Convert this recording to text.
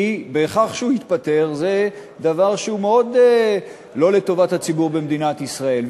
כי זה שהוא התפטר זה דבר שהוא מאוד לא לטובת הציבור במדינת ישראל,